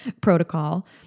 protocol